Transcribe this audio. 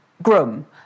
Groom